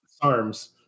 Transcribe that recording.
arms